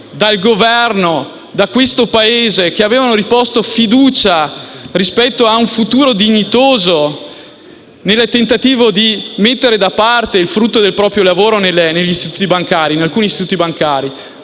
dal Governo, da questo Paese, che avevano fiducia in un futuro dignitoso, nel tentativo di mettere da parte il frutto del proprio lavoro in alcuni istituti bancari.